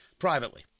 Privately